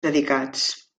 dedicats